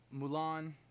Mulan